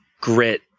grit